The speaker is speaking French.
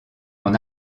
mon